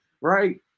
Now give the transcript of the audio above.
right